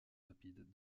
rapide